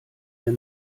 der